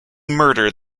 murder